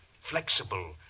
flexible